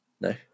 No